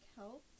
help